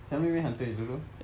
xiao mei mei hunter you don't know